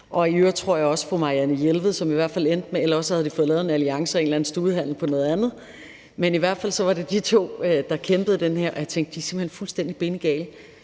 og i øvrigt tror jeg også, at fru Marianne Jelved i hvert fald endte med at være med, eller også havde de fået lavet en alliance og en eller anden studehandel om noget andet, men i hvert fald var det de to, der kæmpede den her kamp – tænkte jeg, at de simpelt hen var fuldstændig bindegale,